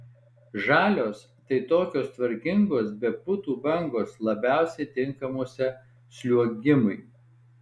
žalios tai tokios tvarkingos be putų bangos labiausiai tinkamuose sliuogimui